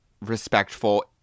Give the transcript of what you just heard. respectful